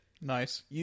Nice